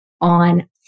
on